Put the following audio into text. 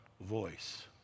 voice